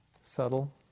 Subtle